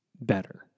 better